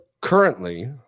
Currently